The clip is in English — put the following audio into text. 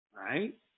Right